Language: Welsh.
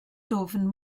dwfn